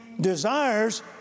desires